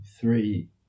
three